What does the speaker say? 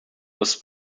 was